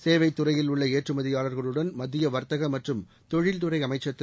சேவைத் துறையில் உள்ள ஏற்றுமதியாளர்களுடன் மத்திய வர்த்தக மற்றும் தொழில்துறை அமைச்சர் திரு